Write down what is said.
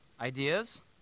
ideas